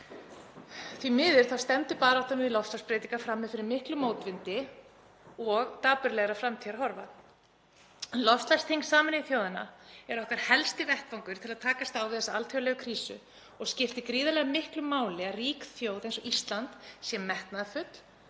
Því miður þá stendur í baráttan við loftslagsbreytingar frammi fyrir miklum mótvindi og dapurlegum framtíðarhorfum. Loftslagsþing Sameinuðu þjóðanna er okkar helsti vettvangur til að takast á við þessa alþjóðlegu krísu og skiptir gríðarlega miklu máli að rík þjóð eins og Ísland sé metnaðarfull